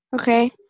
Okay